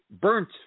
Burnt